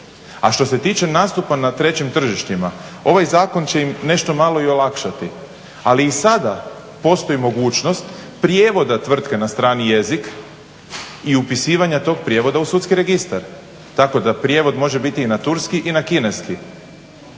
A što se tiče nastupa na trećim tržištima, ovaj zakon će im nešto malo i olakšati. Ali i sada postoji mogućnost prijevoda tvrtke na strani jezik i upisivanja tog prijevoda u sudski registar. Tako da prijevod može biti i na turski i na kineski.